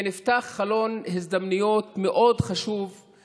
נפתח חלון הזדמנויות חשוב מאוד,